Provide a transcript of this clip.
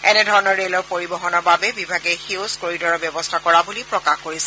এনে ধৰণৰ ৰেলৰ পৰিবহণৰ বাবে বিভাগে সেউজ কৰিডৰৰ ব্যৱস্থা কৰা বুলি প্ৰকাশ কৰিছে